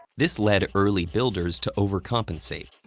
this led early builders to overcompensate,